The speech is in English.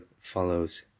follows